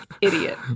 idiot